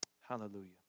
Hallelujah